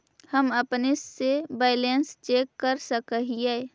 हम अपने से बैलेंस चेक कर सक हिए?